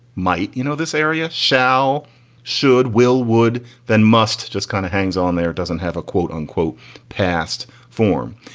might you know this area, shao should, will, would then must just kind of hangs on there. it doesn't have a quote unquote past form.